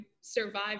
survive